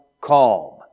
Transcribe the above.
calm